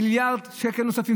מיליארד שקל נוספים,